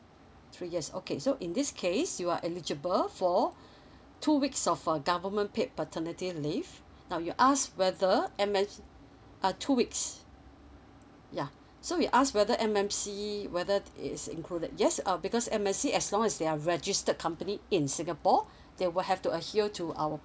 three years okay so in this case you are eligible for two weeks off a government paid paternity leave now you ask whether M_S uh two weeks yeah so we ask whether M_M_C whether it is included yes uh because M_M_C as long as they are registered company in singapore they will have to to our